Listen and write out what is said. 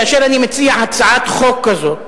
כאשר אני מציע הצעת חוק כזאת,